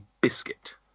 biscuit